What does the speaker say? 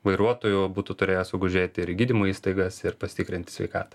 vairuotojų būtų turėję sugužėti ir į gydymo įstaigas ir pasitikrinti sveikatą